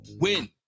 win